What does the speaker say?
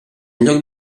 lloc